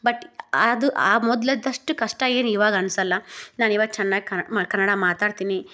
but ಅದು ಆ ಮೊದಲಿದ್ದಷ್ಟು ಕಷ್ಟ ಏನು ಇವಾಗ ಅನ್ಸಲ್ಲ ನಾನಿವಾಗ ಚೆನ್ನಾಗಿ ಕನ್ನಡ ಮಾತಾಡ್ತೀನಿ